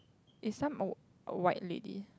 is some wh~ white lady